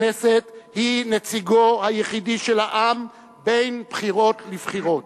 הכנסת היא נציגו היחידי של העם בין בחירות לבחירות.